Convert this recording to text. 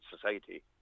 society